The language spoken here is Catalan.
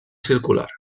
circular